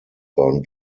bahn